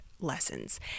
lessons